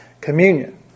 communion